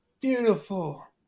beautiful